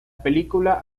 película